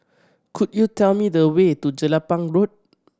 could you tell me the way to Jelapang Road